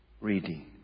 Reading